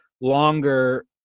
longer